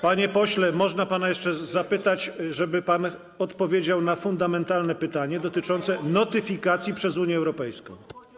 Panie pośle, można pana jeszcze zapytać, poprosić, żeby pan odpowiedział na fundamentalne pytanie dotyczące notyfikacji przez Unię Europejską.